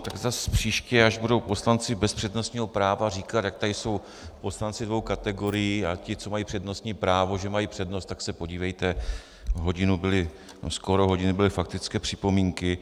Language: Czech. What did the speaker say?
Tak zas příště, až budou poslanci bez přednostního práva říkat, jak tady jsou poslanci dvou kategorií a ti, co mají přednostní právo, že mají přednost, tak se podívejte: skoro hodinu byly faktické připomínky.